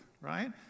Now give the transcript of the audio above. right